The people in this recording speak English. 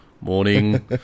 morning